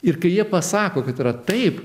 ir kai jie pasako kad yra taip